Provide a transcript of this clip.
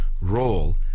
role